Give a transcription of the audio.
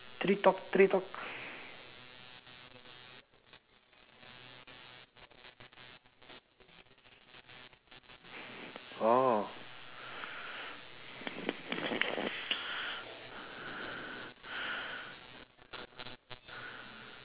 oh